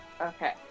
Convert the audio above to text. Okay